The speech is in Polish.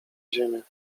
ziemię